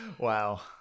Wow